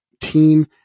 team